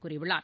கூறியுள்ளார்